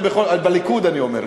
בליכוד אני אומר,